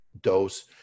dose